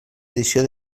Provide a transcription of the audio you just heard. edició